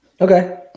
Okay